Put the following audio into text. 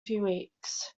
weeks